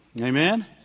Amen